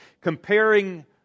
comparing